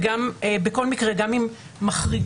בכל מקרה, גם אם מחריגים,